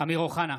אמיר אוחנה,